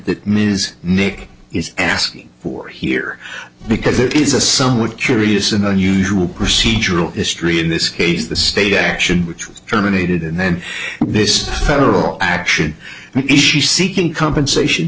that these nick is asking for here because it is a somewhat curious and unusual procedural history in this case the state action which was terminated and then this federal action maybe she's seeking come station